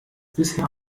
bisher